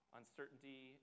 uncertainty